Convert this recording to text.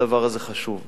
הדבר הזה חשוב.